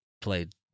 played